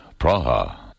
Praha